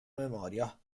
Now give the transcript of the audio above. memoria